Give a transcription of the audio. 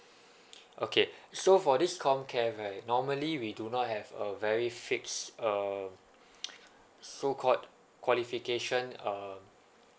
okay so for this comcare right normally we do not have a very fixed uh so called qualification err